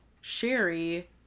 Sherry